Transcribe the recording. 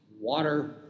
water